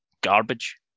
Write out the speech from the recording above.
garbage